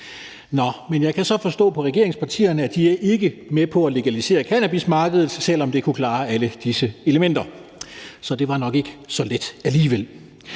Nå, men jeg kan så forstå på regeringspartierne, at de ikke er med på at legalisere cannabismarkedet, selv om det kunne klare alle disse elementer. Så det var nok ikke så let alligevel.